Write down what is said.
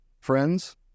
Friends